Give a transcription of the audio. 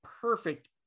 perfect